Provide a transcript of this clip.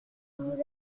vous